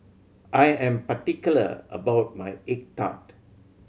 I am particular about my egg tart